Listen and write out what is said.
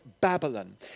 Babylon